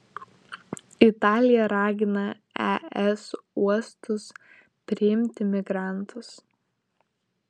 italija ragina es uostus priimti migrantus